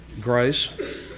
grace